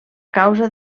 causa